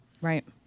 Right